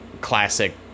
classic